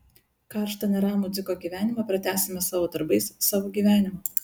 karštą neramų dziko gyvenimą pratęsime savo darbais savo gyvenimu